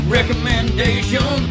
Recommendation